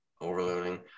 overloading